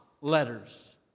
letters